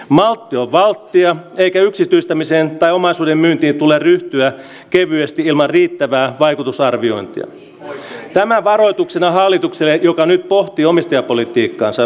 maltti on valttia eikä yksityistämiseen tai omaisuuden myyntiin tule ryhtyä kevyesti ilman riittävää vaikutusarviointia tämä varoituksena hallitukselle joka nyt pohtii omistajapolitiikkaansa